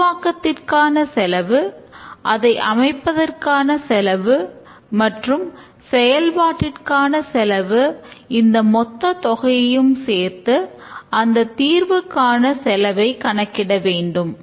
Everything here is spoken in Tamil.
உருவாக்கத்திற்கான செலவு அதை அமைப்பதற்கான செலவு மற்றும் செயல்பாட்டிற்கான செலவு அந்த மொத்த தொகையையும் சேர்த்து அந்த தீர்வுகாண செலவை கணக்கிட வேண்டும்